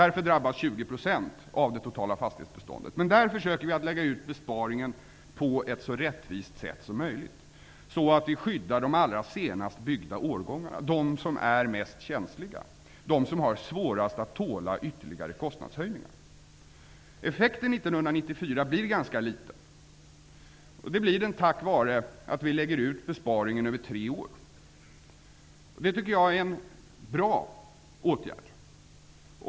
Därför kommer 20 % av det totala fastighetsbeståndet att drabbas. Vi försöker dock att lägga ut besparingen så rättvist som möjligt, så att de allra senast byggda årgångarna skyddas, eftersom det är dessa som är mest känsliga och har svårast att klara ytterligare kostnadshöjningar. Effekten 1994 blir ganska liten tack vare att besparingen läggs ut över tre år. Det är en bra åtgärd.